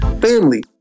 Family